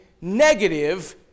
negative